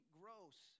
gross